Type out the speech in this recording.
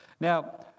Now